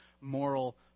moral